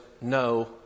no